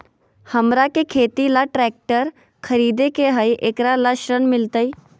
हमरा के खेती ला ट्रैक्टर खरीदे के हई, एकरा ला ऋण मिलतई?